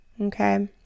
Okay